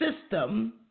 system